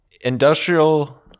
Industrial